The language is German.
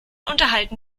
unterhalten